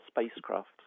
spacecraft